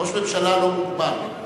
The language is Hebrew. ראש ממשלה לא מוגבל.